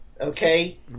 Okay